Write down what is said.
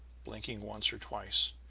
blinked once or twice,